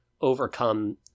overcome